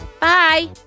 Bye